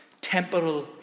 temporal